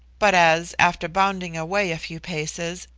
but as, after bounding away a few paces,